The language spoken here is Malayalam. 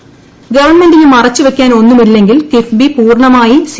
കിഫ്ബി ഗവൺമെന്റിന് മറച്ച് വയ്ക്കാൻ ഒന്നുമില്ലെങ്കിൽ കിഫ്ബി പൂർണ്ണമായി സി